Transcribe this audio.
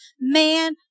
man